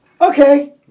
okay